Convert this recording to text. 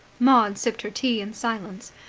maud sipped her tea in silence.